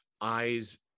eyes